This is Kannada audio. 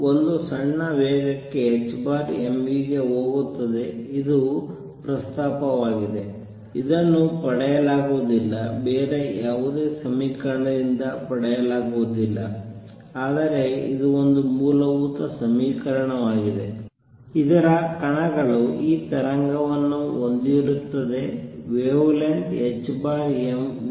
ಮತ್ತು ಒಂದು ಸಣ್ಣ ವೇಗಕ್ಕೆ h mv ಗೆ ಹೋಗುತ್ತದೆ ಇದು ಪ್ರಸ್ತಾಪವಾಗಿದೆ ಇದನ್ನು ಪಡೆಯಲಾಗುವುದಿಲ್ಲ ಬೇರೆ ಯಾವುದೇ ಸಮೀಕರಣದಿಂದ ಪಡೆಯಲಾಗುವುದಿಲ್ಲ ಆದರೆ ಇದು ಒಂದು ಮೂಲಭೂತ ಸಮೀಕರಣವಾಗಿದೆ ಇದರ ಕಣಗಳು ಈ ತರಂಗವನ್ನು ಹೊಂದಿರುತ್ತದೆ ವೇವ್ ಲೆನ್ತ್ h mv